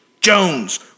Jones